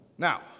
Now